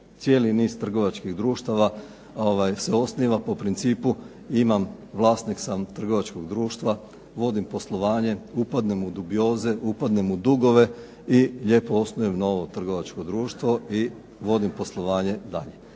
Cijeli niz trgovačkih društava se osniva na principu imam, vlasnik sam trgovačkog društva, vodim poslovanje, upadnem u dubioze, upadnem u dugove i lijepo osnujem novo trgovačko društvo i vodim poslovanje dalje.